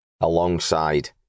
alongside